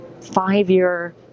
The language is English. five-year